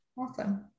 Awesome